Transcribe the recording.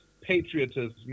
patriotism